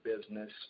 business